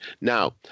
Now